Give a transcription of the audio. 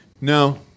No